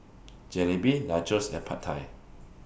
Jalebi Nachos and Pad Thai